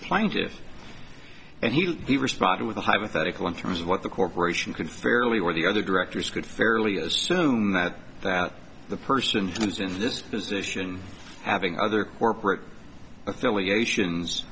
plaintiff and he he responded with a hypothetical in terms of what the corporation can fairly or the other directors could fairly assume that that the person is in this position having other corporate affiliations